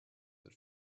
but